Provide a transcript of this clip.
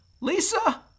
Lisa